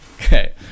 Okay